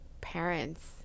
parents